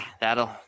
that'll